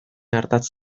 ardatz